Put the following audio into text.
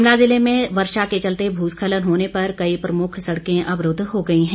शिमला ज़िले में वर्षा के चलते भूस्खलन होने पर कई प्रमुख सड़कें अवरूद्व हो गई हैं